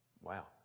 Wow